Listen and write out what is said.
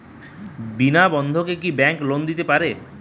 বিনা বন্ধকে কি bank loan দিতে পারে?